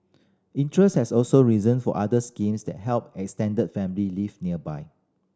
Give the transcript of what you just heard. interest has also risen for other schemes that help extended family live nearby